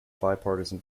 bipartisan